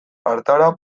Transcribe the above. hartara